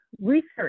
research